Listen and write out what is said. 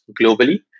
globally